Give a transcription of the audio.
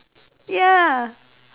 ya